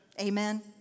Amen